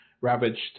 ravaged